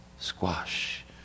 Squash